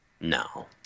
No